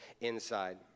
inside